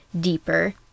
deeper